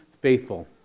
faithful